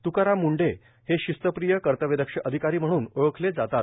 त्काराम मुंढे हे शिस्तप्रिय कर्तव्यदक्ष अधिकारी म्हणून ओळखले जातात